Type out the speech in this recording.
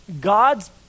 God's